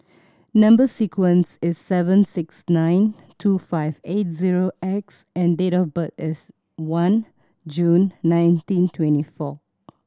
number sequence is S seven six nine two five eight zero X and date of birth is one June nineteen twenty four